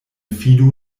fidu